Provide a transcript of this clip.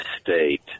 state